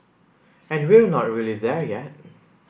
and we're not really there yet